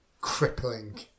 crippling